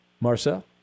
Marcel